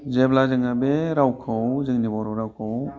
जेब्ला जोङो बे रावखौ जोंनि बर' रावखौ